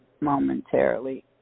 momentarily